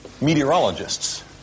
meteorologists